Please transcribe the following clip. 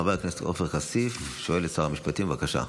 חבר הכנסת עופר כסיף שואל את שר המשפטים, בבקשה.